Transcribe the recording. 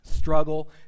Struggle